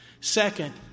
Second